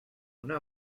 una